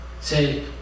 say